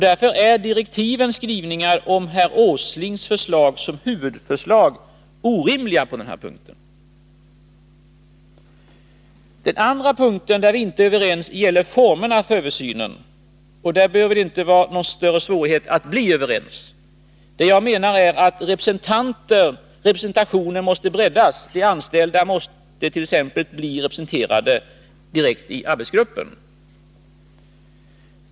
Därför är direktivens skrivningar om herr Åslings förslag som huvudförslag orimliga i detta avseende. Den andra punkten, där vi inte är överens, gäller formerna för översynen. Där behöver det inte vara någon större svårighet att bli överens. Jag menar att representationen måste breddas. De anställda måste t.ex. bli representerade direkt i arbetsgruppen.